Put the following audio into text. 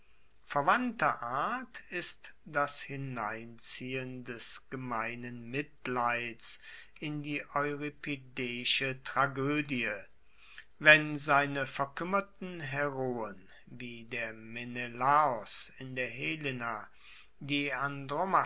verwandter art ist das hineinziehen des gemeinen mitleids in die euripideische tragoedie wenn seine verkuemmerten heroen wie der menelaos in der helena die